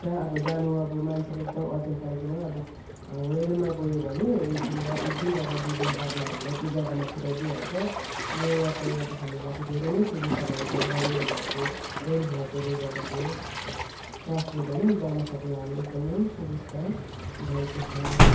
जहाँ अब जानु अब मान्छेलाई एकदम अर्जेन्ट परेकोमा अब अब रेलमा गयो भने एक दिन र एक दिन नभए दुई दिन बादमा हामीलाई त्यो जगामा पुर्याइदिहाल्छ यो यातायात हामीलाई चाहिँ धेरै नै सुबिस्ता भएको छ रेल भएको रेल भएकोले गर्दाखेरि ट्रान्सपोर्ट होइन जानु सक्नु हामीलाई एकदमै सुबिस्ता भएको छ